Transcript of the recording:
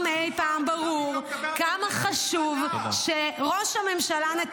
כמה התאכזבתם שהנשיא טראמפ נבחר,